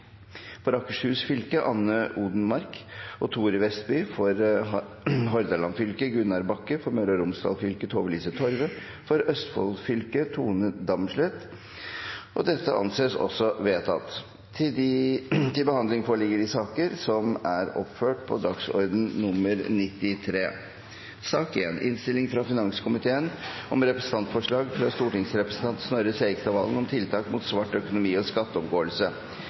For Akershus fylke: Anne Odenmarck og Thore Vestby For Hordaland fylke: Gunnar Bakke For Møre og Romsdal fylke: Tove-Lise Torve For Østfold fylke: Tone Damsleth